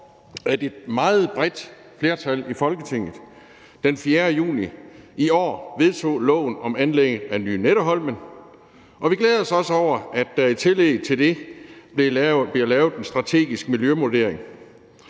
at et meget bredt flertal i Folketinget den 4. juni i år vedtog lov om anlæg af Lynetteholm, og vi glæder os også over, at der i tillæg til det bliver lavet en strategisk miljøvurdering.